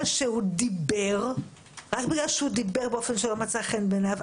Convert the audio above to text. שהוא דיבר באופן שלא מצא חן בעיניהם,